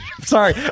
Sorry